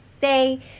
say